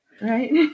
right